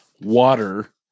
water